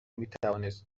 میتوانست